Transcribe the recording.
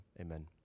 Amen